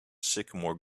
sycamore